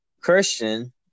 Christian